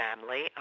family